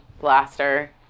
blaster